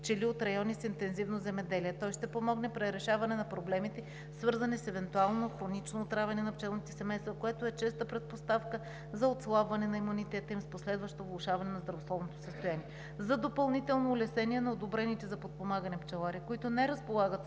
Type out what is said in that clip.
пчели от райони с интензивно земеделие. Той ще помогне при решаване на проблемите, свързани с евентуално хронично отравяне на пчелните семейства, което е честа предпоставка за отслабване на имунитета им и с последващо влошаване на здравословното състояние. За допълнително улеснение на одобрените за подпомагане пчелари, които не разполагат